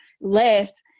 Left